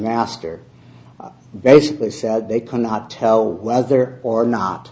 nastier basically said they cannot tell whether or not